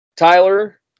Tyler